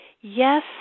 yes